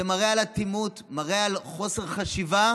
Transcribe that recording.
זה מראה על אטימות, מראה על חוסר חשיבה,